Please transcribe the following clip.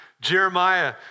Jeremiah